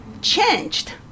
changed